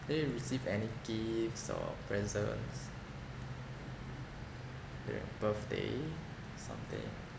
didn't you receive any gifts or presents during birthday or something